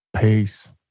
Peace